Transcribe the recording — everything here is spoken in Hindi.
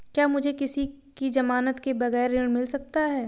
क्या मुझे किसी की ज़मानत के बगैर ऋण मिल सकता है?